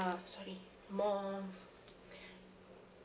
uh sorry more